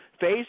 phase